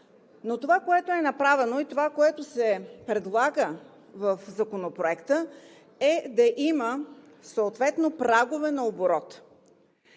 Но това, което е направено и което се предлага в Законопроекта, е да има съответно прагове на оборот.